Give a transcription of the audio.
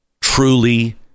truly